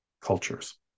cultures